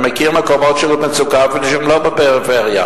אני מכיר מקומות של מצוקה שהם לא בפריפריה.